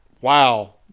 wow